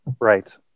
Right